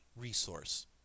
resource